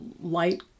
light